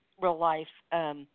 real-life